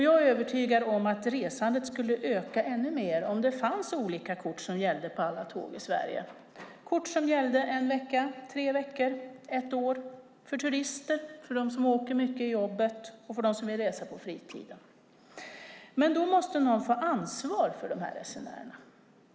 Jag är övertygad om att resandet skulle öka ännu mer om det fanns olika kort som gällde på alla tåg i Sverige, kort som gällde en vecka, tre veckor eller ett år, kort för turister, för dem som åker mycket i jobbet och för dem som vill resa på fritiden. Men då måste någon få ansvar för dessa resenärer.